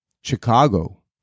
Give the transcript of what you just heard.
Chicago